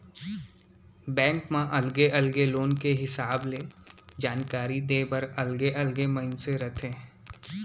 bank म अलगे अलगे लोन के हिसाब ले जानकारी देय बर अलगे अलगे मनसे रहिथे